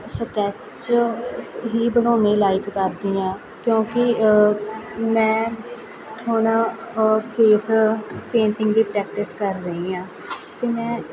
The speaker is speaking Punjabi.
ਸਕੈੱਚ ਹੀ ਬਣਾਉਣੇ ਲਾਈਕ ਕਰਦੀ ਹਾਂ ਕਿਉਂਕਿ ਮੈਂ ਹੁਣ ਫੇਸ ਪੇਂਟਿੰਗ ਦੀ ਪ੍ਰੈਕਟਿਸ ਕਰ ਰਹੀ ਹਾਂ ਅਤੇ ਮੈਂ